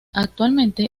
actualmente